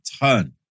turn